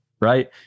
right